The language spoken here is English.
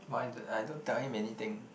why the I don't tell him anything